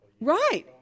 Right